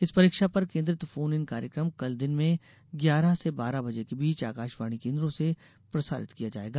इस परीक्षा पर केन्द्रित फोन इन कार्यकम कल दिन में ग्यारह से बारह बजे के बीच आकाशवाणी केन्द्रों से प्रसारित किया जायेगा